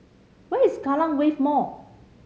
where is Kallang Wave Mall